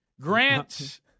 Grant